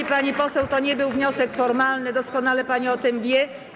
Natomiast pani poseł, to nie był wniosek formalny, doskonale pani o tym wie.